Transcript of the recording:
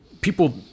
people